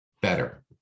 better